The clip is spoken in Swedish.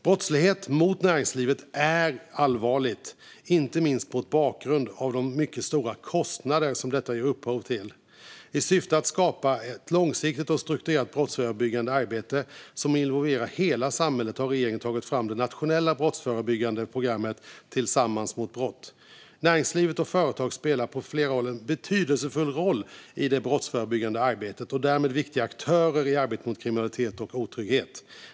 Brottslighet mot näringslivet är allvarligt, inte minst mot bakgrund av de mycket stora kostnader som detta ger upphov till. I syfte att skapa ett långsiktigt och strukturerat brottsförebyggande arbete som involverar hela samhället har regeringen tagit fram det nationella brottsförebyggande programmet Tillsammans mot brott. Näringslivet och företagen spelar på flera sätt en betydelsefull roll i det brottsförebyggande arbetet och är därmed viktiga aktörer i arbetet mot kriminalitet och otrygghet.